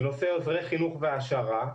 בנושא עוזרי חינוך והעשרה,